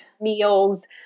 meals